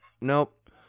Nope